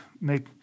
make